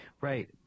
Right